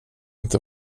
inte